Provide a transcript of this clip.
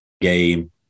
game